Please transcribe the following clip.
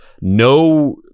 no